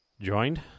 joined